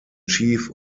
chief